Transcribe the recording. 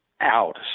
out